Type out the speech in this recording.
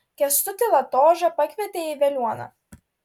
kęstutį latožą pakvietė į veliuoną